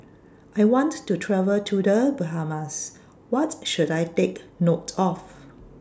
I want to travel to The Bahamas What should I Take note of